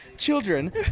children